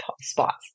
spots